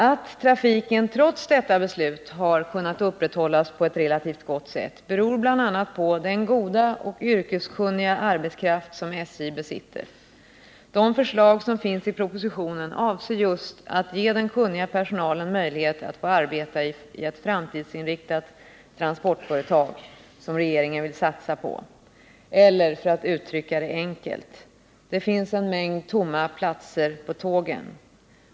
Att trafiken trots detta beslut har kunnat upprätthållas på ett relativt tillfredsställande sätt beror bl.a. på den goda och yrkeskunniga arbetskraft som SJ besitter. De förslag som finns i propositionen avser just att ge den kunniga personalen möjlighet att få arbeta i ett framtidsinriktat transportföretag, som regeringen vill satsa på. Eller, för att uttrycka det enkelt: Det finns en mängd tomma platser på tågen.